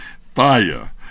fire